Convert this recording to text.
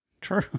True